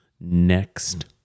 next